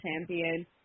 champion